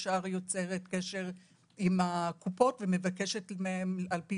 ישר יוצרת קשר עם הקופות ומבקשת מהם על פי